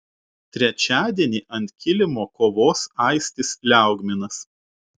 trečiadienį ant kilimo kovos aistis liaugminas